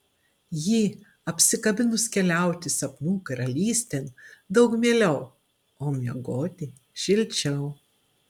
jį apsikabinus keliauti sapnų karalystėn daug mieliau o miegoti šilčiau